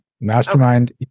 Mastermind